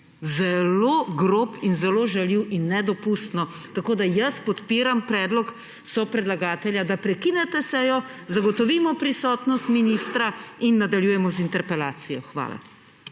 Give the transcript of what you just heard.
zelo grob in zelo žaljiv, nedopustno. Jaz podpiram predlog sopredlagatelja, da prekinete sejo, zagotovimo prisotnost ministra in nadaljujemo z interpelacijo. Hvala.